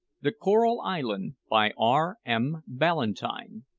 the coral island, by r m. ballantyne.